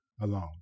alone